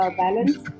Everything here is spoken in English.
balance